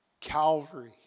Calvary